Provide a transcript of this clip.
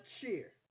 cheer